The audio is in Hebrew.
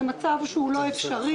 זה מצב לא אפשרי.